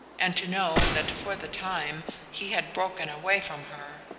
and to know that for the time he had broken away from her.